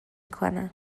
کنم